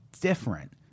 different